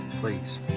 Please